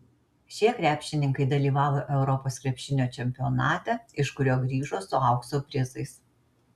šie krepšininkai dalyvavo europos krepšinio čempionate iš kurio grįžo su aukso prizais